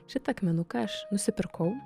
šitą akmenuką aš nusipirkau